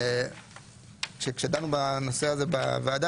כשדנו בנושא הזה בוועדה,